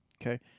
okay